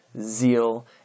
zeal